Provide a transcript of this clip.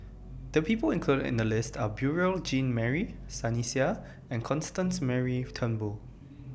The People included in The lists Are Beurel Jean Marie Sunny Sia and Constance Mary Turnbull